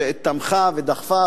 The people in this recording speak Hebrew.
שתמכה ודחפה,